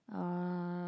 uh